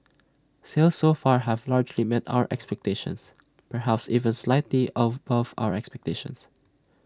sales so far have largely met our expectations perhaps even slightly above our expectations